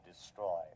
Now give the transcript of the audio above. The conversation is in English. destroy